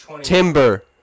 Timber